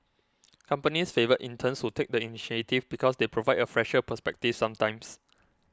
companies favour interns who take the initiative and because they provide a fresher perspective sometimes